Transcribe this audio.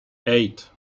eight